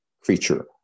creature